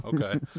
Okay